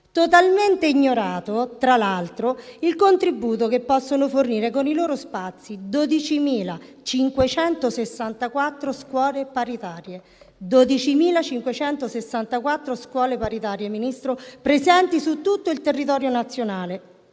Totalmente ignorato, tra l'altro, il contributo che possono fornire con i loro spazi le 12.564 scuole paritarie presenti su tutto il territorio nazionale.